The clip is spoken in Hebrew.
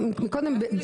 מי נגד?